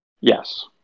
Yes